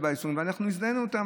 אנחנו הזדהינו איתן,